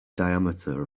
diameter